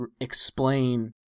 explain